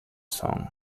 song